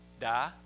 die